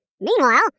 Meanwhile